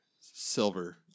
Silver